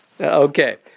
Okay